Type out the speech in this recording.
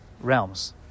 realms